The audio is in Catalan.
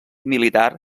militar